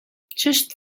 just